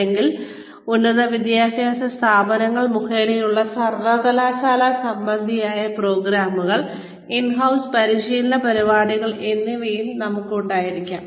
അല്ലെങ്കിൽ ഉന്നതവിദ്യാഭ്യാസ സ്ഥാപനങ്ങൾ മുഖേനയുള്ള സർവ്വകലാശാലാ സംബന്ധിയായ പ്രോഗ്രാമുകൾ ഇൻ ഹൌസ് പരിശീലന പരിപാടികൾ എന്നിവയും നമുക്ക് ഉണ്ടായിരിക്കാം